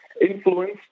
influence